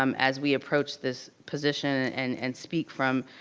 um as we approach this position and and speak from,